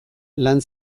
lan